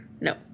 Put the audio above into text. No